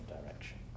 direction